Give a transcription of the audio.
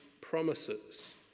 promises